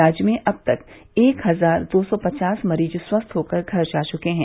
राज्य में अब तक एक हजार दो सौ पचास मरीज स्वस्थ होकर घर जा चुके हैं